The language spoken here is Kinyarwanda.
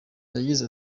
yagize